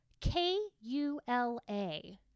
K-U-L-A